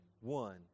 one